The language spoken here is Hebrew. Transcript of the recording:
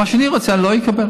ומה שאני רוצה אני לא אקבל.